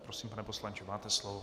Prosím, pane poslanče, máte slovo.